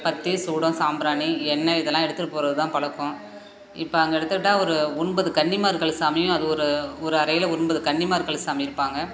பத்தி சூடம் சாம்பிராணி எண்ணெய் இதெல்லாம் எடுத்துட்டு போகிறது தான் பழக்கம் இப்போ அங்கே எடுத்துக்கிட்டால் ஒரு ஒன்பது கன்னிமார்கள் சாமியும் அது ஒரு ஒரு அறையில் ஒன்பது கன்னிமார்கள் சாமி இருப்பாங்க